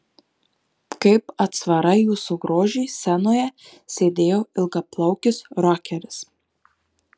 kaip atsvara jūsų grožiui scenoje sėdėjo ilgaplaukis rokeris